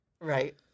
Right